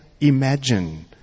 imagine